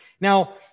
Now